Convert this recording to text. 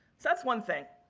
that's one thing.